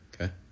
okay